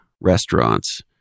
restaurants